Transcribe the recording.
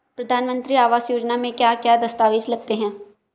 प्रधानमंत्री आवास योजना में क्या क्या दस्तावेज लगते हैं?